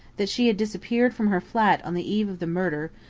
that she had disappeared from her flat on the eve of the murder,